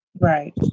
right